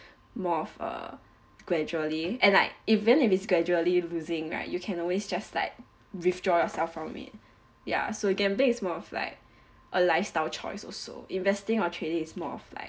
more of err gradually and like even if it's gradually losing right you can always just like withdraw yourself from it ya so gambling is more of like a lifestyle choice also investing or trading is more of like